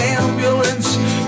ambulance